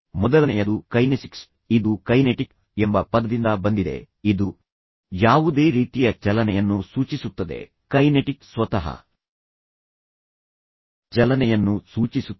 ಮೊದಲನೆಯದು ಕೈನೆಸಿಕ್ಸ್ ಇದು ಕೈನೆಟಿಕ್ ಎಂಬ ಪದದಿಂದ ಬಂದಿದೆ ಇದು ಯಾವುದೇ ರೀತಿಯ ಚಲನೆಯನ್ನು ಸೂಚಿಸುತ್ತದೆ ಕೈನೆಟಿಕ್ ಸ್ವತಃ ಚಲನೆಯನ್ನು ಸೂಚಿಸುತ್ತದೆ